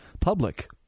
public